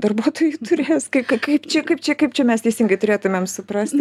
darbuotojų turės sk kaip čia kaip čia kaip čia mes teisingai turėtumėm suprasti